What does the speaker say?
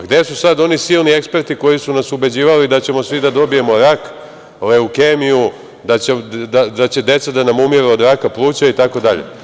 Gde su sada oni silni eksperti koji su nas ubeđivali da ćemo svi da dobijemo rak, leukemiju, da će deca da nam umiru od rada pluća itd.